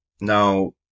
Now